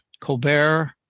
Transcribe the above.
Colbert